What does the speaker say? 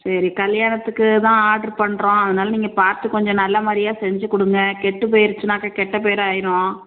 சரி கல்யாணத்துக்கு தான் ஆட்ரு பண்ணுறோம் அதனாள் நீங்கள் பார்த்து கொஞ்சம் நல்ல மாதிரியா செஞ்சு கொடுங்க கெட்டுப் போயிருச்சின்னாக்க கெட்ட பேர் ஆயிரும்